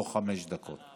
לא חמש דקות.